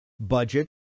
budget